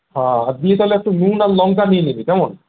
হাঁ দিয়ে তাহলে একটু নুন আর লঙ্কা নিয়ে নিবি কেমন